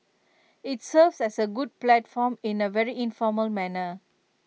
IT serves as A good platform in A very informal manner